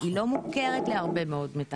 היא לא מוכרת להרבה מאוד מתכננים.